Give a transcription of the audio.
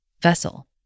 vessel